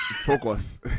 focus